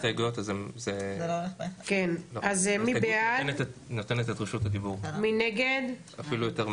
הצבעה בעד, 2 נגד,